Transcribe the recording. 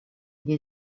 gli